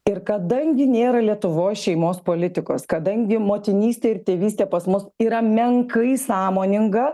ir kadangi nėra lietuvoj šeimos politikos kadangi motinystė ir tėvystė pas mus yra menkai sąmoninga